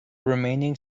remaining